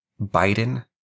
Biden